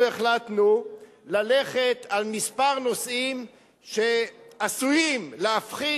אנחנו החלטנו ללכת על כמה נושאים שעשויים להפחית